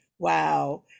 Wow